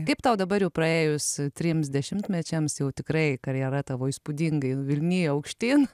kaip tau dabar jau praėjus trims dešimtmečiams jau tikrai karjera tavo įspūdingai nuvilnijo aukštyn